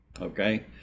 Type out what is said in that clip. Okay